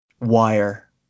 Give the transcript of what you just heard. Wire